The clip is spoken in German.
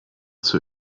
zur